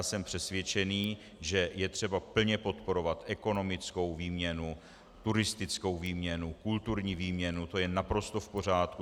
Jsem přesvědčen, že je třeba plně podporovat ekonomickou výměnu, turistickou výměnu, kulturní výměnu, to je naprosto v pořádku.